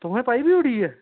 तोहें पाई बी उड़ी ऐ